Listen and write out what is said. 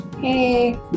Hey